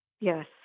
Yes